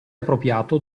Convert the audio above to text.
appropriato